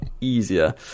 easier